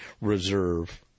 reserve